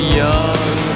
young